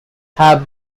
hub